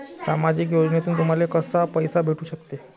सामाजिक योजनेतून तुम्हाले कसा पैसा भेटू सकते?